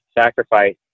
sacrifice